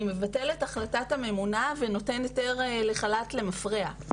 מבטל את החלטת הממונה ונותן היתר לחל"ת למפרעה..".